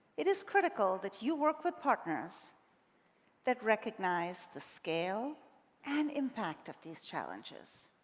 it is critical that you work with partners that recognize the scale and impact of these challenges,